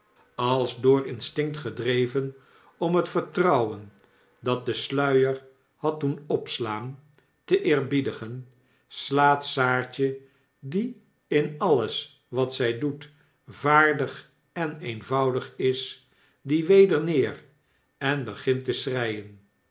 als door instinct gedreven om het vertrouwen dat den sluier had doen opslaan te eerbiedigen slaat saartje die in alles wat zij doet vaardig en eenvoudig is dien weder neer en begint te schreien